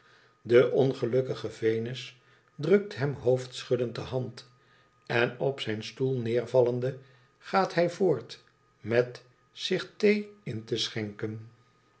de ongelukkige venus drukt hem hoofdschuddend de hand en op zijn stoel neervallende gaat hij voort met zich thee in te schenken